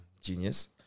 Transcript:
Genius